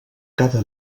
cada